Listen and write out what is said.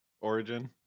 origin